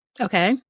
okay